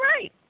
right